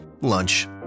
Lunch